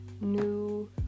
new